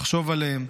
לחשוב עליהם,